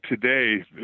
today